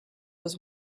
was